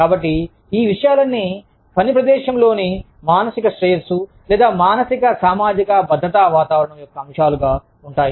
కాబట్టి ఈ విషయాలన్నీ పని ప్రదేశంలోలోని మానసిక శ్రేయస్సు లేదా మానసిక సామాజిక భద్రతా వాతావరణం యొక్క అంశాలుగా ఉంటాయి